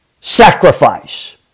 sacrifice